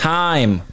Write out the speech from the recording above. time